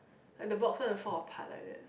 like the boxes will fall apart like that